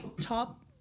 top